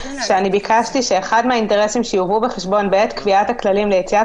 שאני ביקשתי שאחד מהאינטרסים שיובאו בחשבון בעת קביעת הכללים ליציאת